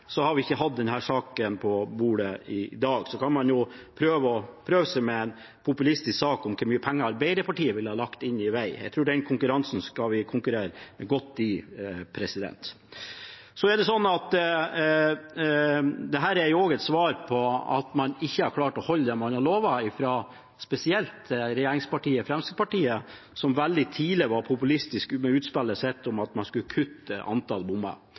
dag. Så kan man jo prøve seg med en populistisk sak om hvor mye penger Arbeiderpartiet ville lagt inn i vei. Jeg tror at den konkurransen skal vi konkurrere godt i. Dette er også et svar på at man ikke har klart å holde det man har lovet, spesielt fra regjeringspartiet Fremskrittspartiet, som veldig tidlig var populistiske med utspillet sitt om at man skulle kutte antall bommer.